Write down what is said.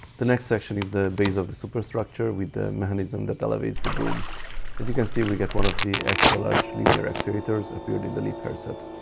the next section is the base of the superstructure with the mechanism that elevates the boom as you can see we get one of the extra large linear actuators appeared in the liebherr set